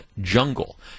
jungle